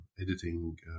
editing